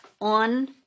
on